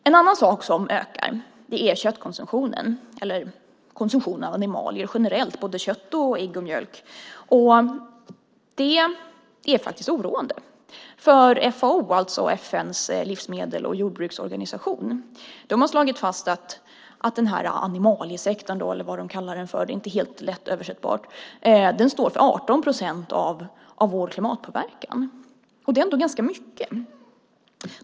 En annan sak som ökar är köttkonsumtionen, eller konsumtionen av animalier generellt - kött, ägg och mjölk. Det är oroande. FAO, FN:s livsmedels och jordbruksorganisation, har slagit fast att animaliesektorn, eller vad de kallar den - det är inte helt lätt att översätta - står för 18 procent av vår klimatpåverkan. Det är ganska mycket.